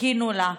חיכינו לה.